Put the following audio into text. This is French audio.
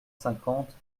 cinquante